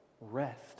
rest